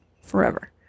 forever